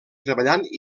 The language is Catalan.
treballant